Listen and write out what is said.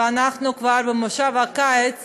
ואנחנו כבר במושב הקיץ